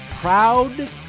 proud